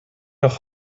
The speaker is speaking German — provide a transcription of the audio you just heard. doch